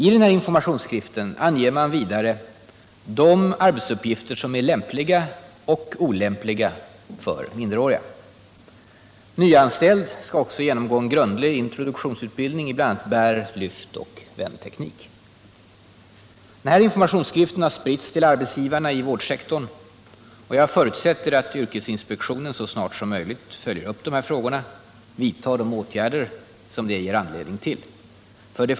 I den här informationsskriften anger man vidare de arbetsuppgifter som är lämpliga och olämpliga för minderåriga. Nyanställd skall genomgå en grundlig introduktionsutbildning i bl.a. bär-, lyftoch vändteknik. Den här informationsskriften har spritts till arbetsgivarna i vårdsektorn, och jag förutsätter att yrkesinspektionen så snart som möjligt följer upp de här frågorna och vidtar de åtgärder som det ger anledning till.